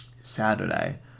Saturday